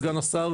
סגן השר,